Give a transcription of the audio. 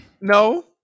No